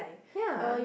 ya